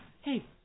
hey